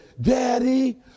Daddy